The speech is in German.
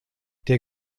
der